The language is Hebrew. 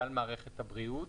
על מערכת הבריאות.